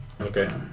Okay